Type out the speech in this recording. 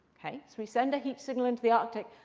so we send a heat signal into the arctic,